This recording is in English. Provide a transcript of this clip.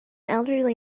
elderly